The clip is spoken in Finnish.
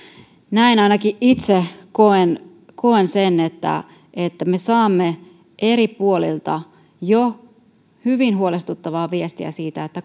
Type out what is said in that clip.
näin ainakin itse koen koen sen että me saamme eri puolilta jo hyvin huolestuttavaa viestiä siitä että